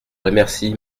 remercie